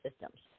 systems